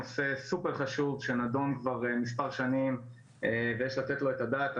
נושא סופר חשוב שנדון כבר מספר שנים ויש לתת עליו את הדעת.